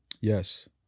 yes